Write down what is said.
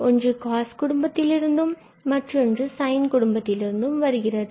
ஒன்று cos குடும்பத்திலிருந்தும் மற்றொன்று சைன் குடும்பத்திலிருந்தும் வருகின்றது